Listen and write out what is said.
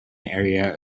area